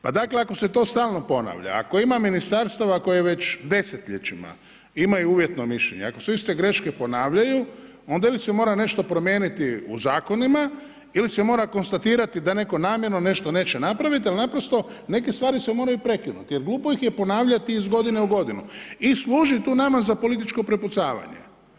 Pa dakle ako se to stalno ponavlja, ako ima ministarstava koje već desetljećima imaju uvjetno mišljenje i ako se iste greške ponavljaju onda ili se mora nešto promijeniti u zakonima ili se mora konstatirati da netko namjerno nešto neće napraviti jer naprosto neke stvari se moraju prekinuti, jer glupo ih je ponavljati iz godine u godinu i služi tu nama za političko prepucavanje.